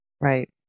Right